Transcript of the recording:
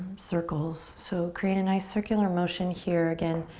circles. so create a nice circular motion here. again,